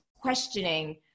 questioning